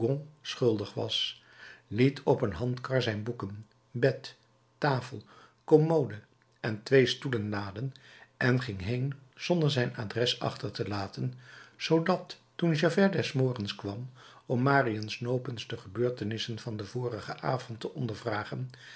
schuldig was liet op een handkar zijn boeken bed tafel commode en twee stoelen laden en ging heen zonder zijn adres achter te laten zoodat toen javert des morgens kwam om marius nopens de gebeurtenissen van den vorigen avond te